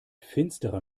finsterer